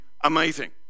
amazing